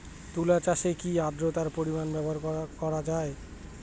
তুলা চাষে কি আদ্রর্তার পরিমাণ ব্যবহার করা যাবে?